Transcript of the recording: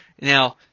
Now